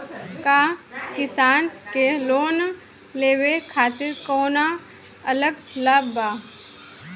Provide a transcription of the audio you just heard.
का किसान के लोन लेवे खातिर कौनो अलग लाभ बा?